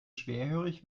schwerhörig